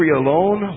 alone